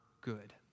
good